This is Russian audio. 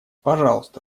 пожалуйста